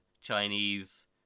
chinese